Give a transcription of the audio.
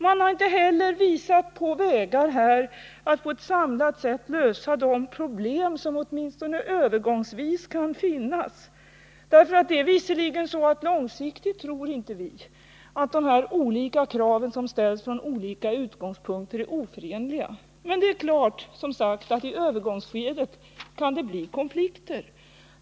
Man har inte heller visat på vägar att på ett samlat sätt lösa de problem som åtminstone övergångsvis kan finnas. Visserligen tror vi inte att de här olika kraven — som ställs från olika utgångspunkter — långsiktigt är oförenliga, men det är klart att det som sagt kan bli konflikter i övergångsskedet.